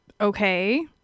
Okay